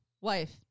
Wife